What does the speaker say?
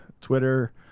Twitter